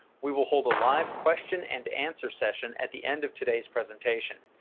we will hold a live question and answer session at the end of today's presentation.